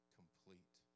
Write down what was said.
complete